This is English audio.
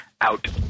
Out